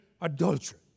adultery